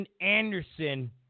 Anderson